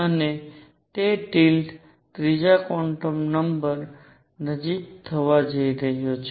અને તે ટિલ્ટ ત્રીજા ક્વોન્ટમ નંબર દ્વારા નક્કી થવા જઈ રહ્યો છે